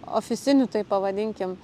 ofisiniu tai pavadinkim